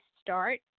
start